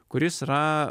kuris yra